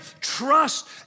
trust